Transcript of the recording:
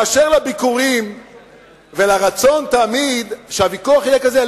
באשר לביקורים ולרצון שהוויכוח יהיה תמיד כזה,